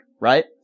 right